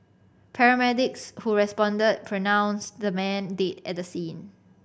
paramedics who responded pronounced the man did at the scene